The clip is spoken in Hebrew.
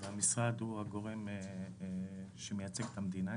המשרד הוא הגורם שמייצג את המדינה,